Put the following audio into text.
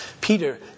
Peter